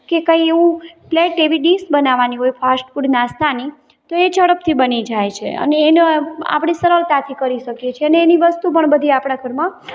કે કંઈ એવું પ્લેટ એવી ડીશ બનાવવાની હોય ફાસ્ટ ફૂડ નાસ્તાની તો એ ઝડપથી બની જાય છે અને એનો આપણે સરળતાથી કરી શકીએ છીએ અને એની વસ્તુ પણ બધી આપણા ઘરમાં